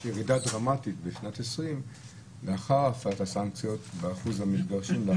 יש ירידה דרמטית בשנת 2020 לאחר הפעלת הסנקציות באחוז המתגרשים.